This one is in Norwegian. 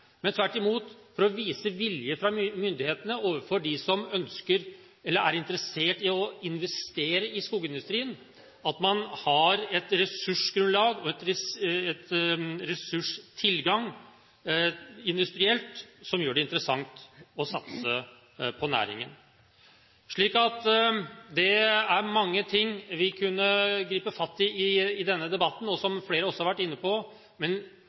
men tvert imot for å vise vilje fra myndighetene overfor dem som ønsker eller er interessert i å investere i skogindustrien – at man har et ressursgrunnlag og en ressurstilgang, industrielt, som gjør det interessant å satse på næringen. Det er mange ting vi kunne grepet fatt i i denne debatten, og som flere har vært inne på. Men